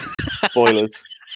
Spoilers